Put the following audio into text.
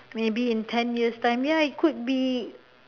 maybe in ten years time ya it could be